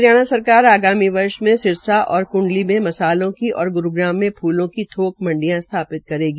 हरियाणा सरकार ने आगामी वर्ष में सिरसा और कंडली में मसालों की और ग्रूग्राम में फूलों की थोक मंडियों स्थापित करेगी